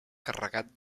carregat